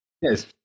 yes